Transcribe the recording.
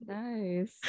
nice